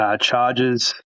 charges